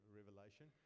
revelation